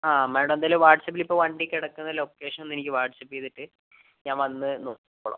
ആ മാഡം എന്തായാലും വാട്ട്സ്ആപ്പിൽ ഇപ്പോൾ വണ്ടി കിടക്കുന്ന ലൊക്കേഷൻ ഒന്ന് എനിക്ക് വാട്ട്സ്ആപ്പ് ചെയ്തിട്ട് ഞാൻ വന്ന് നോക്കിക്കോളാം